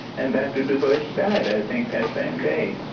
and dr. du bois died, i think, that same day